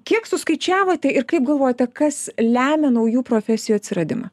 kiek suskaičiavote ir kaip galvojate kas lemia naujų profesijų atsiradimą